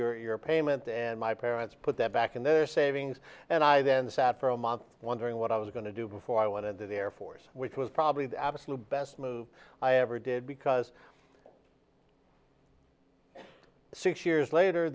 refunded your payment and my parents put that back in their savings and i then sat for a month wondering what i was going to do before i went into the air force which was probably the absolute best move i ever did because six years later